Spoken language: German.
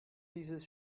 dieses